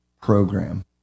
program